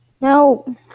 No